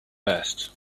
vest